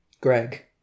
Greg